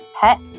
pet